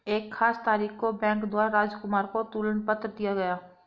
एक खास तारीख को बैंक द्वारा राजकुमार को तुलन पत्र दिया गया